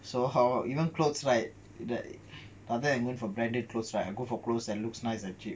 so how even clothes right that other than going for branded clothes right I go for clothes that looks nice and cheap